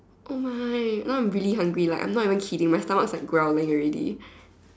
oh my now I'm really hungry like I'm not even kidding my stomach is like growling already